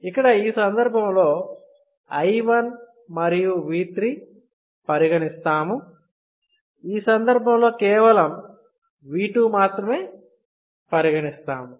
ఇక్కడ ఈ సందర్భంలో I 1 మరియు V 3 పరిగణిస్తాము ఈ సందర్భంలో కేవలం V 2 మాత్రమే పరిగణిస్తాము